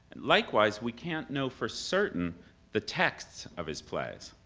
likewise, we can't know for certain the text of his plays.